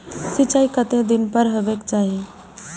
सिंचाई कतेक दिन पर हेबाक चाही?